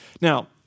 Now